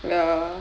ya